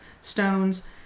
stones